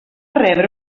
rebre